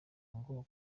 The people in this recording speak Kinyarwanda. aho